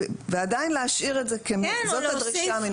ועדין להשאיר את זה שזאת הדרישה.